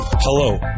Hello